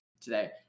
today